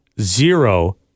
zero